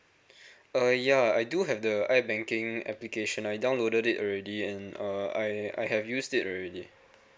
uh yeah I do have the I banking application I downloaded it already and I uh I have used it already